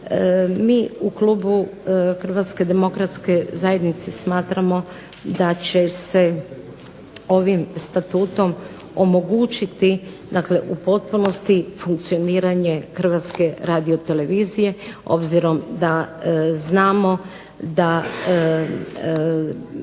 MI u Klubu Hrvatske demokratske zajednice smatramo da će se ovim Statutom omogućiti u potpunosti funkcioniranje Hrvatske radiotelevizije obzirom da znamo da